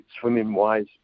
swimming-wise